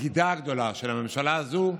הבגידה הגדולה של הממשלה הזאת,